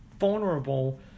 vulnerable